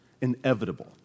inevitable